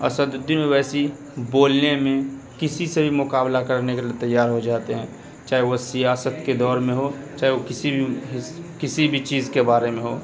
اسد الدین اویسی بولنے میں کسی سے بھی مقابلہ کرنے کے لیے تیار ہو جاتے ہیں چاہے وہ سیاست کے دور میں ہو چاہے وہ کسی بھی کسی بھی چیز کے بارے میں ہو